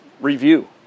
review